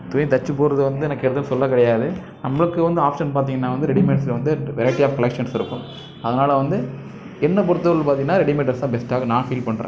துணி தைச்சி போடுறது வந்து எனக்கு எதுவும் சொல்ல கிடையாது நமக்கு வந்து ஆப்ஷன் பார்த்தீங்கன்னா வந்து ரெடிமேட்ஸ்ல வந்து வெரைட்டி ஆஃப் கலெக்ஷன்ஸ் இருக்கும் அதனால் வந்து என்னை பொறுத்த அளவு பார்த்தீங்கன்னா ரெடிமேட் டிரெஸ் தான் பெஸ்ட்டாக இருக்கும் நான் ஃபீல் பண்ணுறேன்